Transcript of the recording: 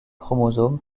chromosomes